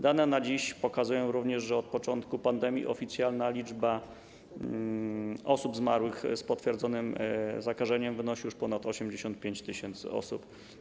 Dane na dziś pokazują, że od początku pandemii oficjalna liczba osób zmarłych z potwierdzonym zakażeniem wynosi ponad 85 tys. osób.